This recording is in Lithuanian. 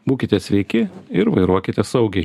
būkite sveiki ir vairuokite saugiai